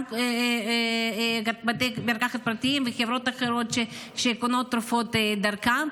גם לבתי מרקחת פרטיים וחברות אחרות שקונות תרופות דרכה,